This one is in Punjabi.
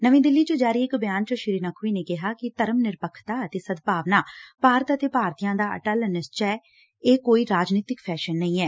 ਨਵੀਂ ਦਿੱਲੀ ਚ ਜਾਰੀ ਇਕ ਬਿਆਨ ਚ ਸ੍ਰੀ ਨਕ਼ਵੀ ਨੇ ਕਿਹਾ ਕਿ ਧਰਮ ਨਿਰਪੱਖਤਾ ਅਤੇ ਸਦਭਾਵਨਾ ਭਾਰਤ ਅਤੇ ਭਾਰਤੀਆਂ ਦਾ ਅਟਲ ਨਿਸ਼ਚਾ ਐ ਇਹ ਕੋਈ ਰਾਜਨੀਤਿਕ ਫੈਸ਼ਨ ਨਹੀਂ ਐ